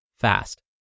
fast